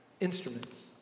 instruments